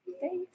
Thanks